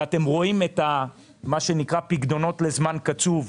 ואתם רואים מה שנקרא "פיקדונות לזמן קצוב,